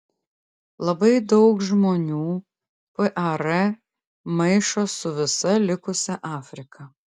labai daug žmonių par maišo su visa likusia afrika